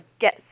get